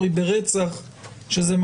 צריכים לקבוע את מתחם העונש בהתאם לסטנדרטים שקבע